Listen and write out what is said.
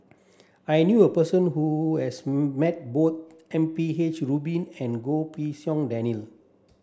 I knew a person who has met both M P H Rubin and Goh Pei Siong Daniel